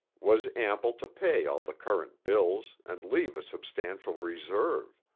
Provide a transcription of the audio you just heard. was ample to pay all the current bills and leave a substantial reserve.